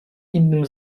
innym